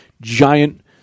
giant